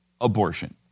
abortion